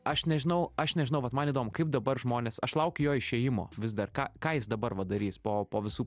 aš nežinau aš nežinau vat man įdomu kaip dabar žmonės aš laukiu jo išėjimo vis dar ką ką jis dabar va darys po po visų